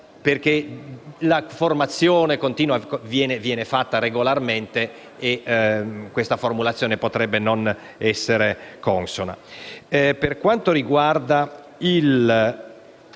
la formazione continua viene fatta regolarmente e tale formulazione potrebbe non essere consona.